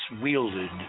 wielded